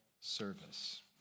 service